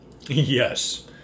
Yes